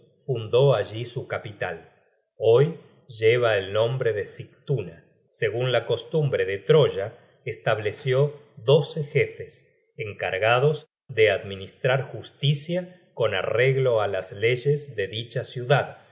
fundó allí su capital hoy lleva el nombre de sigtuna segun la costumbre de troya estableció doce jefes encargados de administrar justicia con arreglo á las leyes de dicha ciudad